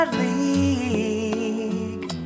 league